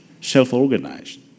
self-organized